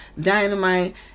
Dynamite